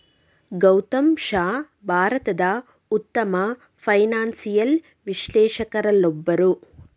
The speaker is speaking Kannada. ಗೌತಮ್ ಶಾ ಭಾರತದ ಉತ್ತಮ ಫೈನಾನ್ಸಿಯಲ್ ವಿಶ್ಲೇಷಕರಲ್ಲೊಬ್ಬರು